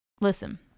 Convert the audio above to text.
Listen